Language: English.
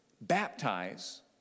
baptize